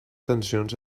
tensions